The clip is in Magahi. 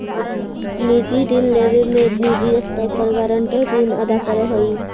निजी ऋण लेवे में निजी स्तर पर गारंटर ऋण अदा करऽ हई